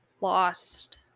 Lost